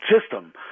system